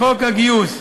חוק הגיוס.